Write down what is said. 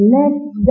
next